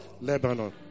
Lebanon